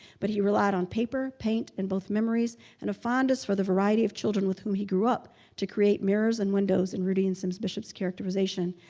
but he relied on paper, paint and both memories and a fondness of the variety of children with whom he grew up to create mirrors and windows, in rudine sims bishop's characterization,